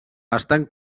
estan